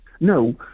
No